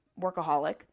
workaholic